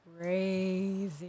crazy